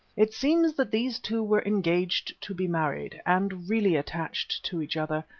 it seems that these two were engaged to be married, and really attached to each other.